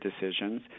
decisions